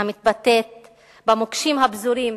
המתבטאת במוקשים הפזורים